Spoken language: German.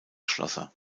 schlosser